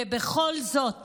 ובכל זאת